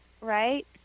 right